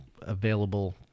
available